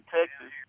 Texas